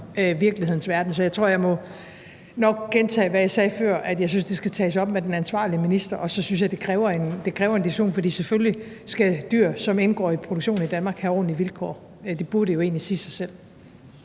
virkelighedens verden. Så jeg tror, jeg nok må gentage, hvad jeg sagde før, nemlig at jeg synes, det skal tages op med den ansvarlige minister. Og så synes jeg, det kræver en diskussion, for selvfølgelig skal dyr, som indgår i produktion i Danmark, have ordentlige vilkår. Det burde jo egentlig sige sig selv.